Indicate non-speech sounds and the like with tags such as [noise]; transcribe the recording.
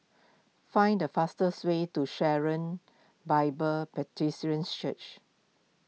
find the fastest way to Sharon Bible [unintelligible] Church